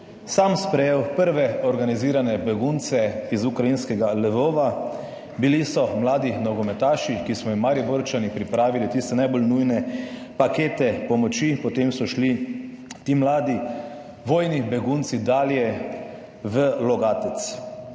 sam sprejel prve organizirane begunce iz ukrajinskega Lvova. Bili so mladi nogometaši, ki smo jim Mariborčani pripravili tiste najbolj nujne pakete pomoči, potem so šli ti mladi, vojni begunci dalje v Logatec.